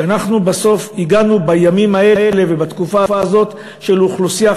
שאנחנו בסוף הגענו בימים האלה ובתקופה הזאת שאוכלוסייה